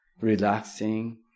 relaxing